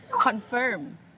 confirm